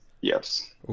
yes